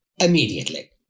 immediately